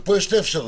ופה יש שתי אפשרויות,